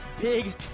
big